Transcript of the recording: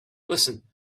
listen